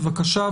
בבקשה,